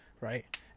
Right